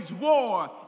war